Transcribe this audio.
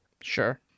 Sure